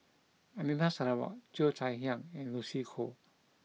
Anita Sarawak Cheo Chai Hiang and Lucy Koh